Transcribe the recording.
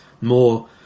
More